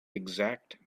exact